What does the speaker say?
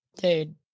Dude